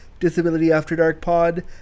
disabilityafterdarkpod